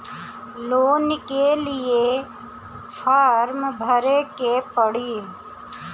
Loan के लिए form भरे के पड़ी?